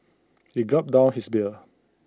he gulped down his beer